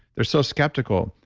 they're so skeptical,